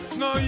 no